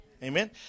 Amen